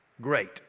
great